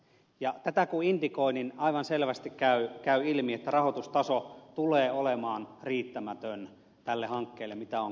tätä kun indikoi niin aivan selvästi käy ilmi että rahoitustaso tulee olemaan riittämätön tälle hankkeelle mitä on kaavailtu